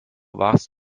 warst